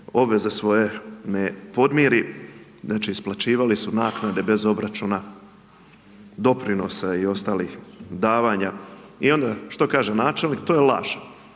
obveze svoje ne podmiri. Znači isplaćivali su naknade bez obračuna doprinosa i ostalih davanja. I onda što kaže načelnik? To je laž.